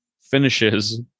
Finishes